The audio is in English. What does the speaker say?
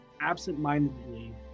absentmindedly